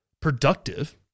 productive